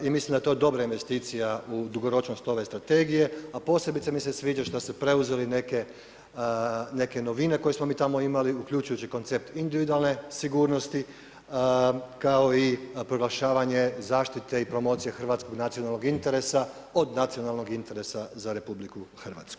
I mislim da je to dobra investicija u dugoročnost ove strategije, a posebice mi se sviđa što ste preuzeli neke novine koje smo mi tamo imali uključujući koncept individualne sigurnosti kao i proglašavanje zaštite i promocije hrvatskog nacionalnog interesa, od nacionalnog interesa za RH.